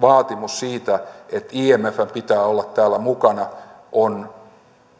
vaatimus siitä että imfn pitää olla täällä mukana on